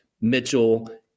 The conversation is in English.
Mitchell